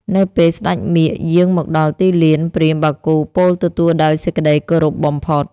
នៅពេលស្ដេចមាឃយាងមកដល់ទីលាន ព្រាហ្មណ៍បាគូពោលទទួលដោយសេចក្ដីគោរពបំផុត។